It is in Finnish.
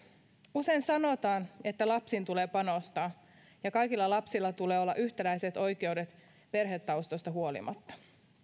usein sanotaan että lapsiin tulee panostaa ja kaikilla lapsilla tulee olla yhtäläiset oikeudet perhetaustoista huolimatta